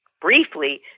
briefly